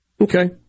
Okay